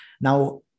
now